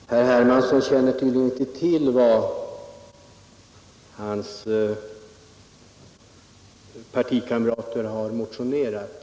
Herr talman! Herr Hermansson känner tydligen inte till vad hans partikamrater har motionerat om.